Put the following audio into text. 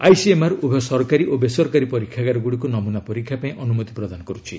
ICMR ଉଭୟ ସରକାରୀ ଓ ବେସରକାରୀ ପରୀକ୍ଷାଗାରଗୁଡ଼ିକୁ ନମୁନା ପରୀକ୍ଷା ପାଇଁ ଅନୁମତି ପ୍ରଦାନ କରୁଛି